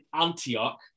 Antioch